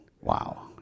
wow